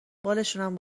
بالشونم